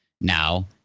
now